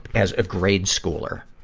as a grade-schooler.